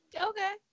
Okay